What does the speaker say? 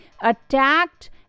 attacked